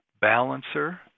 balancer